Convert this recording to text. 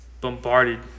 bombarded